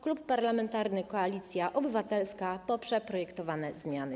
Klub Parlamentarny Koalicja Obywatelska poprze projektowane zmiany.